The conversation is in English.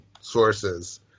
sources